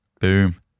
Boom